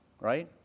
right